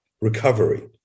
recovery